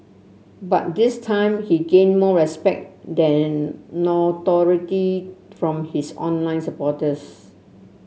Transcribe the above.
but this time he gained more respect than notoriety from his online supporters